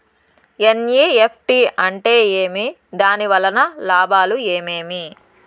NEFT అంటే ఏమి? దాని వలన లాభాలు ఏమేమి